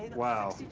wow!